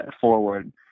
forward